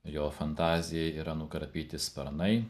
jo fantazija yra nukarpyti sparnai